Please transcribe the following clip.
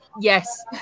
yes